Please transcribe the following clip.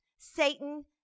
Satan